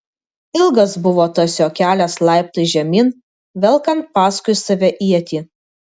ilgas buvo tas jo kelias laiptais žemyn velkant paskui save ietį